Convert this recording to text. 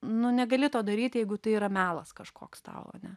nu negali to daryt jeigu tai yra melas kažkoks tau ane